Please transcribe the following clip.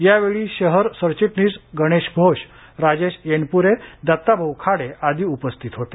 यावेळी शहर सरचिटणीस गणेश घोष राजेश येनप्रे दत्ताभाऊ खाडे उपस्थित होते